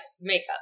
makeup